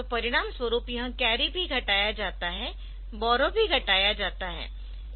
तो परिणामस्वरूप यह कैरी भी घटाया जाता है बॉरो भी घटाया जाता है